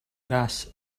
gas